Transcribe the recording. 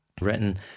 written